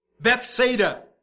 Bethsaida